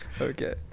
Okay